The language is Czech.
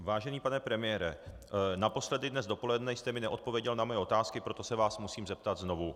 Vážený pane premiére, naposledy dnes dopoledne jste mi neodpověděl na mé otázky, proto se vás musím zeptat znovu.